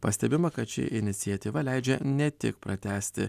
pastebima kad ši iniciatyva leidžia ne tik pratęsti